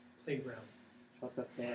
playground